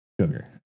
sugar